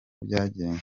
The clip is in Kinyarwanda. byagenze